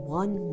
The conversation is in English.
one